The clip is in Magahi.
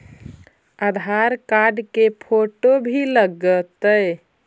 आधार कार्ड के फोटो भी लग तै?